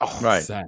Right